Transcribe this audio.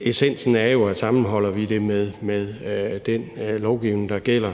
Essensen er jo, at sammenholder vi det med den lovgivning, der gælder